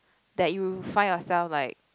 that you find yourself like